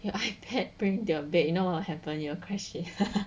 your ipad bring their bed you know our happen you'll crash it